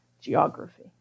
geography